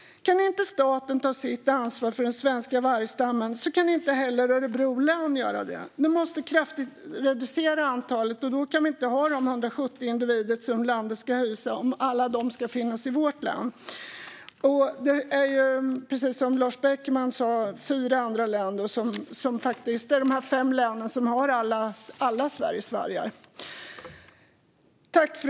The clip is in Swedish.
Kan inte staten ta sitt ansvar för den svenska vargstammen kan inte heller Örebro län göra det. Vi måste kraftigt reducera antalet vargar. Vi kan vi inte ha de 170 individer som landet kan hysa om alla ska finnas i vårt län. Precis som Lars Beckman sa finns fyra andra län. Det är de fem länen som har alla Sveriges vargar.